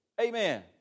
Amen